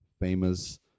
famous